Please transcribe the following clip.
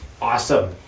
Awesome